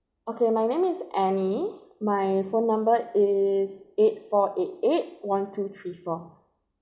okay my name is annie my phone number is eight four eight eight one two three four